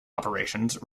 operations